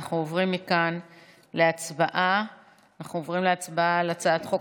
אנחנו עוברים מכאן להצבעה על הצעת חוק